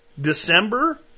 December